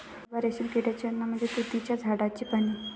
मलबा रेशीम किड्याचे अन्न म्हणजे तुतीच्या झाडाची पाने